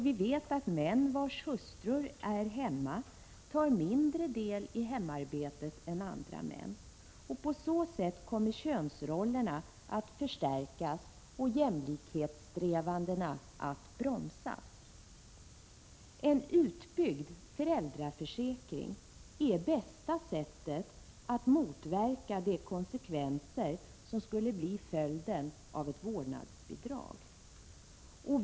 Vi vet att män vilkas hustrur är hemma tar mindre del i hemarbetet än andra män. På så sätt kommer könsrollerna att förstärkas och jämlikhetssträvandena att bromsas. En utbyggd föräldraförsäkring är bästa sättet att motverka dessa konsekvenser av ett vårdnadsbidrag.